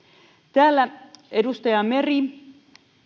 täällä edustaja meri